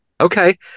Okay